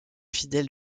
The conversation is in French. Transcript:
fidèle